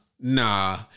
Nah